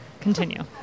continue